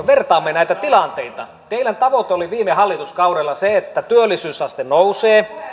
vertaamme näitä tilanteita teidän tavoitteenne oli viime hallituskaudella se että työllisyysaste nousee